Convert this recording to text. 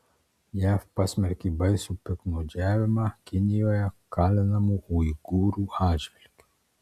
jav pasmerkė baisų piktnaudžiavimą kinijoje kalinamų uigūrų atžvilgiu